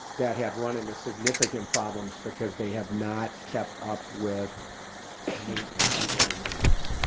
that have run into significant problems because they have not kept up with maintenance, ongoing maintenance,